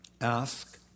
Ask